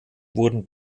wurden